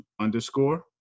underscore